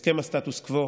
הסכם הסטטוס-קוו,